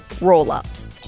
roll-ups